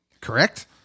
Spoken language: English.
Correct